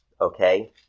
Okay